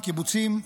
קיבוצים,